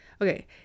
Okay